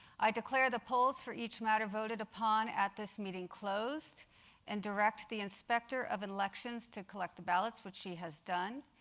i declare the polls for each matter voted upon at this meeting closed and direct the inspector of elections to collect the ballots, which she has done.